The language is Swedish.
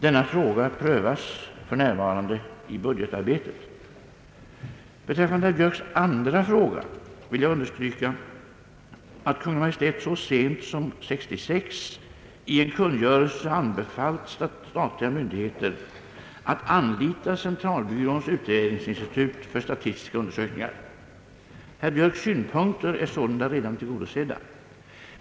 Denna fråga prövas för närvarande i budgetarbetet. Beträffande herr Björks andra fråga vill jag understryka att Kungl. Maj:t så sent som år 1966 i en kungörelse anbefallt statliga myndigheter att anlita centralbyråns utredningsinstitut för statistiska undersökningar. Herr Björks synpunkter är sålunda redan tillgodosedda.